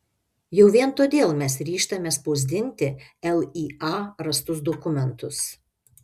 jau vien todėl mes ryžtamės spausdinti lya rastus dokumentus